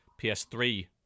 PS3